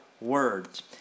words